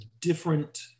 different